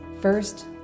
First